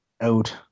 out